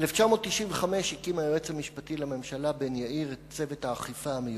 ב-1995 הקים היועץ המשפטי לממשלה בן-יאיר את צוות האכיפה המיוחד.